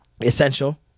Essential